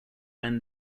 when